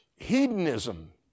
hedonism